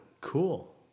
Cool